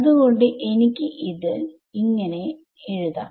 അത് കൊണ്ട് എനിക്ക് ഇത് എന്ന് എഴുതാം